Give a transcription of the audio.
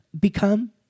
become